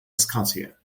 scotia